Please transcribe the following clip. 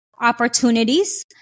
opportunities